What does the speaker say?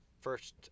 first